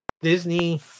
Disney